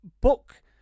Book